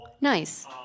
Nice